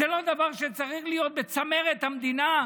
זה לא דבר שצריך להיות בצמרת המדינה,